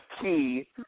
key